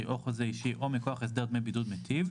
או חוזה אישי או מכוח הסדר דמי בידוד מיטיב,